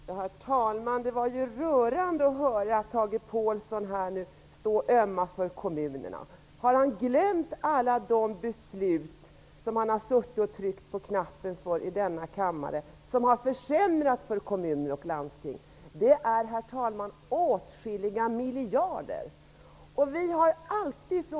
Herr talman! Det var rörande att höra Tage Påhlsson glömt alla de beslut som han har medverkat till genom att trycka på voteringsknappen i denna kammare, beslut som har försämrat för kommuner och landsting. Det är, herr talman, åtskilliga miljarder kronor som det handlar om.